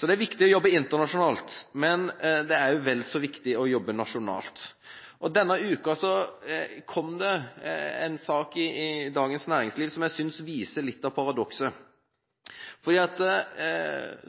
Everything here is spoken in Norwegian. Så det er viktig å jobbe internasjonalt, men det er vel så viktig å jobbe nasjonalt. Denne uken kom det en sak i Dagens Næringsliv som jeg synes viser litt av paradokset.